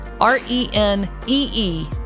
R-E-N-E-E